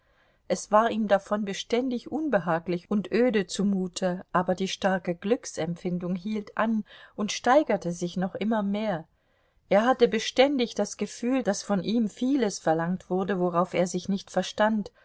es war ihm davon beständig unbehaglich und öde zumute aber die starke glücksempfindung hielt an und steigerte sich noch immer mehr er hatte beständig das gefühl daß von ihm vieles verlangt wurde worauf er sich nicht verstand